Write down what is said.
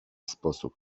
sposób